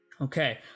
Okay